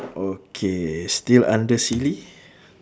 okay still under silly